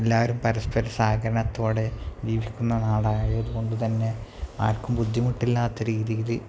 എല്ലാവരും പരസ്പര സാഹകരണതോടെ ജീവിക്കുന്ന നാടായതു കൊണ്ട് തന്നെ ആർക്കും ബുദ്ധിമുട്ടിലാത്ത രീതിയിൽ